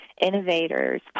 innovators